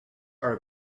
are